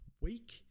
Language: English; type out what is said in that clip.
week